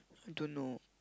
I don't know